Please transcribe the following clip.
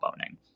owning